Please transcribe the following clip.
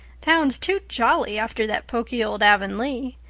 town's too jolly after that poky old avonlea.